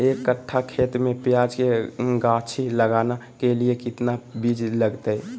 एक कट्ठा खेत में प्याज के गाछी लगाना के लिए कितना बिज लगतय?